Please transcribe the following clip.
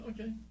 Okay